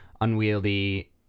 unwieldy